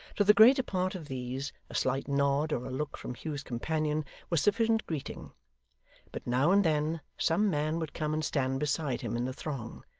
to the greater part of these, a slight nod or a look from hugh's companion was sufficient greeting but, now and then, some man would come and stand beside him in the throng,